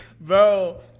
Bro